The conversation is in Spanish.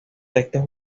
textos